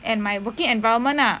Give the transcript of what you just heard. and my working environment ah